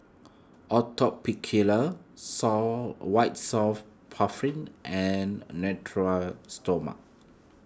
Atopiclair saw White Soft puffin and Natura Stoma